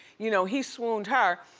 you know he swooned her,